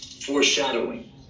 foreshadowing